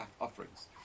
offerings